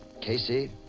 Casey